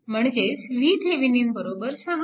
म्हणजेच VThevenin 6 i2